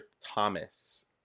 Thomas